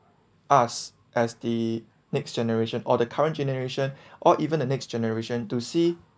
us as the next generation or the current generation or even the next generation to see